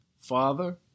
Father